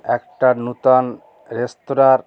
একটা নূতন রেস্তোরাঁর